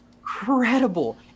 incredible